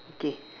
okay